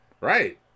Right